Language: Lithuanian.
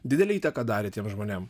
didelę įtaką darė tiem žmonėm